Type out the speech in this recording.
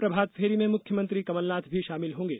प्रभातफेरी में मुख्यमंत्री कमलनाथ भी शामिल होंगें